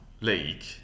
league